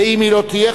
ואם היא לא תהיה,